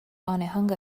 onehunga